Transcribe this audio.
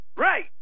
Right